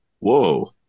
Whoa